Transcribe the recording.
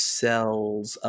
cells